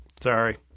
sorry